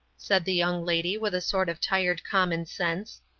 said the young lady, with a sort of tired common sense.